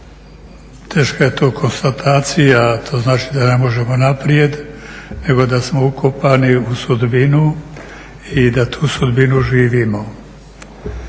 Teška je to konstatacija, to znači da ne možemo naprijed nego da smo ukopani u sudbinu i da tu sudbinu živimo.